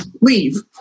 leave